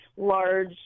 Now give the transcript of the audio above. large